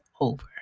over